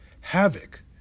havoc